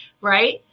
Right